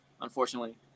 unfortunately